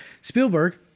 Spielberg